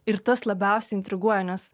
ir tas labiausiai intriguoja nes